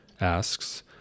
asks